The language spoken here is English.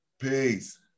Peace